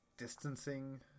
Distancing